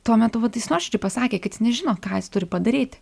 tuo metu vat jis nuoširdžiai pasakė kad jis nežino ką jis turi padaryti